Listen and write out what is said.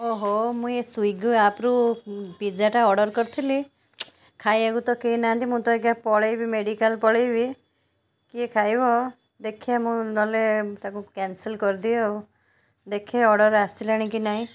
ଓହୋ ମୁଁ ଏଇ ସ୍ଵିଗି ଆପ୍ରୁ ପିଜ୍ଜାଟା ଅର୍ଡ଼ର କରିଥିଲି ଖାଇବାକୁ ତ କେହିନାହାଁନ୍ତି ମୁଁ ତ ଏଇଗା ପଳାଇବି ମେଡ଼ିକାଲ ପଳାଇବି କିଏ ଖାଇବ ଦେଖିବା ମୁଁ ନନେ ତାକୁ କ୍ୟାନସଲ୍ କରିଦିଏ ଆଉ ଦେଖେ ଅର୍ଡ଼ର ଆସିଲାଣି କି ନାହିଁ